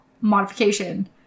modification